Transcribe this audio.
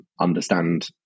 understand